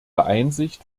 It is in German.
einsicht